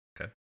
Okay